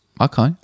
Okay